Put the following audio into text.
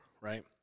right